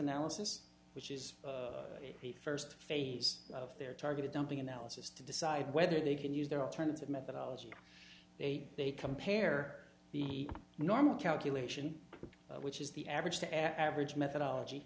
analysis which is the first phase of their targeted dumping analysis to decide whether they can use their alternative methodology they they compare the normal calculation which is the average the average methodology